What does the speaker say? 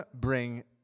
bring